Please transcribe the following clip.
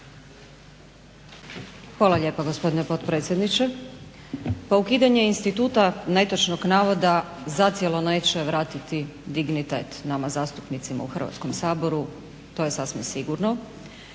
Hvala lijepa gospodine potpredsjedniče. Pa ukidanje instituta netočnog navoda zacijelo neće vratit dignitet nama zastupnicima u Hrvatskom saboru, to je sasvim sigurno.